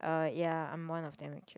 um ya I'm one of them actually